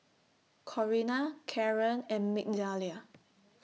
Corrina Karan and Migdalia